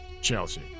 Chelsea